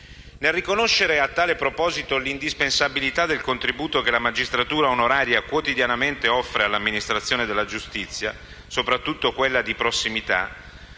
Nel riconoscere, a tale proposito, l'indispensabilità del contributo che la magistratura onoraria quotidianamente offre all'amministrazione della giustizia, soprattutto quella di prossimità,